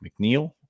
McNeil